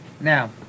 Now